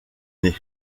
nez